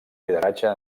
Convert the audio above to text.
lideratge